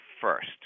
first